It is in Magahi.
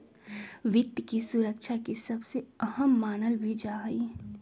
वित्त के सुरक्षा के सबसे अहम मानल भी जा हई